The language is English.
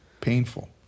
Painful